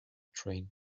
train